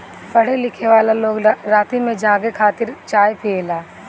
पढ़े लिखेवाला लोग राती में जागे खातिर चाय पियेला